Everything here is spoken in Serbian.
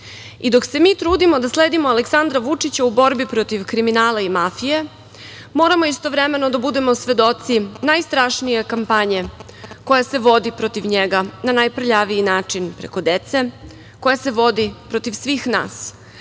se mi trudimo da sledimo Aleksandra Vučića u borbi protiv kriminala i mafije, moramo istovremeno da budemo svedoci najstrašnije kampanje koja se vodi protiv njega, na najprljaviji način, preko dece, koja se vodi protiv svih nas.